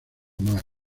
más